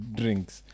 drinks